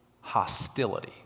Hostility